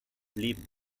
leben